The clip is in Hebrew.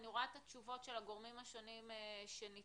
אני רואה את התשובות של הגורמים השונים שניתנות,